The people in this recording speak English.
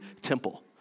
temple